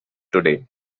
today